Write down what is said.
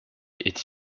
est